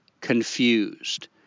confused